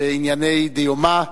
בענייני דיומא.